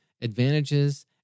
advantages